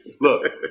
look